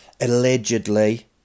allegedly